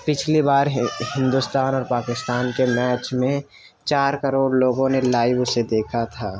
پچھلے بار ہندوستان اور پاکستان کے میچ میں چار کروڑ لوگوں نے لائیو اُسے دیکھا تھا